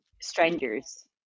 strangers